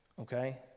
Okay